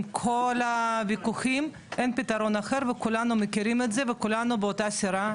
עם כל הוויכוחים אין פתרון אחר וכולנו מכירים את זה וכולנו באותה סירה,